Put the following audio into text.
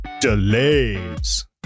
delays